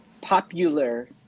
popular